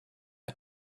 him